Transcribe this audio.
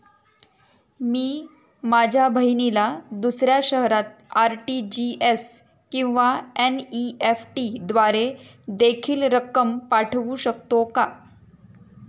मी माझ्या बहिणीला दुसऱ्या शहरात आर.टी.जी.एस किंवा एन.इ.एफ.टी द्वारे देखील रक्कम पाठवू शकतो का?